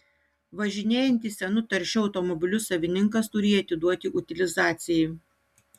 važinėjantis senu taršiu automobiliu savininkas turi jį atiduoti utilizacijai